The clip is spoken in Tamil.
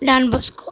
டான்பாஸ்கோ